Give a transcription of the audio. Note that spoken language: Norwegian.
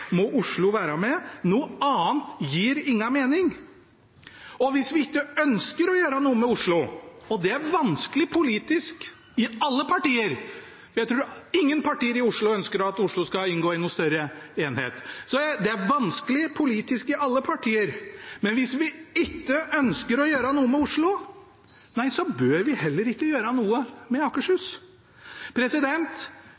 må Oslo være med. Da må hovedstaden være med. Skal Akershus inngå i en større enhet, må Oslo være med. Noe annet gir ingen mening. Hvis vi ikke ønsker å gjøre noe med Oslo – og det er vanskelig politisk i alle partier, jeg tror ingen partier i Oslo ønsker at Oslo skal inngå i noen større enhet – bør vi heller ikke gjøre noe med